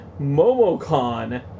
MomoCon